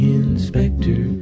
inspector